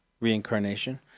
reincarnation